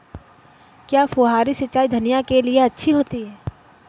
क्या फुहारी सिंचाई धनिया के लिए अच्छी होती है?